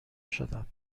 شدم